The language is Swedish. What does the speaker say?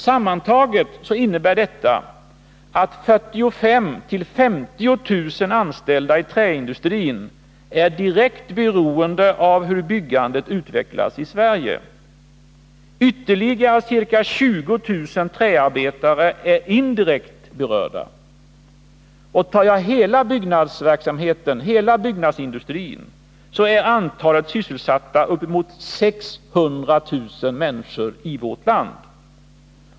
Sammantaget innebär detta att 45 000-50 000 anställda i träindustrin är direkt beroende av hur byggandet utvecklas i Sverige. Ytterligare ca 20 000 träarbetare är indirekt berörda. Ser man på hela byggnadsverksamheten i vårt land, finner man att antalet sysselsatta inom denna är uppemot 600 000.